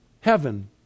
heaven